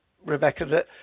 Rebecca